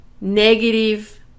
negative